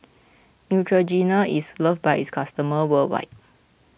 Neutrogena is loved by its customers worldwide